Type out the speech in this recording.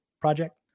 project